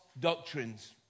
doctrines